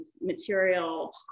material